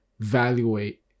evaluate